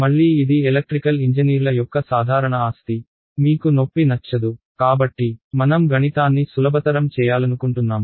మళ్ళీ ఇది ఎలక్ట్రికల్ ఇంజనీర్ల యొక్క సాధారణ ఆస్తి మీకు నొప్పి నచ్చదు కాబట్టి మనం గణితాన్ని సులభతరం చేయాలనుకుంటున్నాము